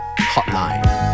Hotline